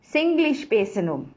singlish பேசனும்:pesanum